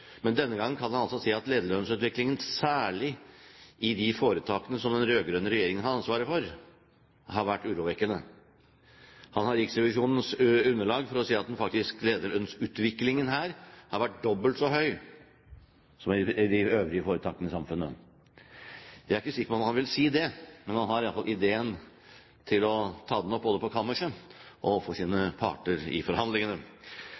men denne gangen kan han altså si at lederlønnsutviklingen, særlig i de foretakene som den rød-grønne regjeringen har ansvaret for, har vært urovekkende. Han har Riksrevisjonens underlag for å si at faktisk lederlønnsutviklingen her har vært dobbelt så høy som i de øvrige foretakene i samfunnet. Jeg er ikke sikker på om han vil si det, men han har iallfall ideen til å ta det opp, både på kammerset og overfor sine parter i forhandlingene.